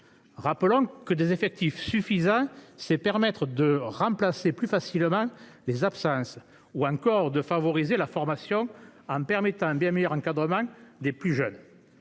Rappelons que des effectifs suffisants permettent de remplacer plus facilement les absences, ou encore de favoriser la formation en permettant un bien meilleur encadrement des plus jeunes.